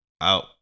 out